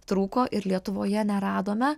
trūko ir lietuvoje neradome